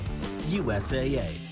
USAA